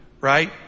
right